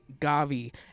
Gavi